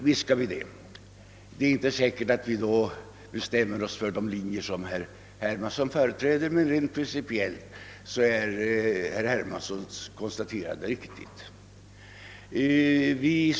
Visst skall vi det, även om det inte är säkert, att vi då bestämmer oss för de linjer som herr Hermansson företräder, men rent principiellt är hans konstaterande riktigt.